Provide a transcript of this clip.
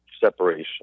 Separation